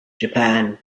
japan